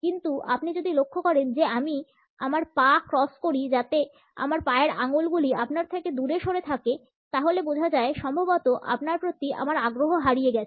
কিন্তু আপনি যদি লক্ষ্য করেন যে আমি আমার পা ক্রস করি যাতে আমার উপরের পায়ের আঙ্গুলগুলি আপনার থেকে দূরে থাকে তাহলে বোঝা যায় সম্ভবত আপনার প্রতি আমার আগ্রহ হারিয়ে গেছে